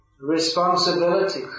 responsibility